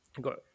got